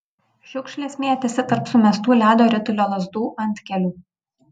šiukšlės mėtėsi tarp sumestų ledo ritulio lazdų antkelių